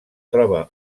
troba